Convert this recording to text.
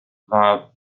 war